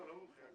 לא מומחה.